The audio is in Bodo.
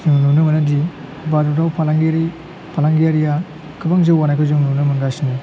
नुनो मोनो दि भारतआव फालांगिरि फालांगिरिया गोबां जौगानायखौ जों नुनो मोनगासिनो